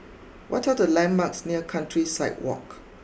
what are the landmarks near Countryside walk